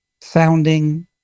sounding